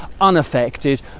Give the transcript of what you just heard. unaffected